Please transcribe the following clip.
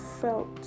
felt